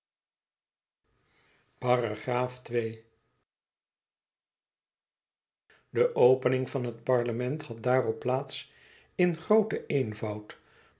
de opening van het parlement had daarop plaats in grooten eenvoud